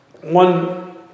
one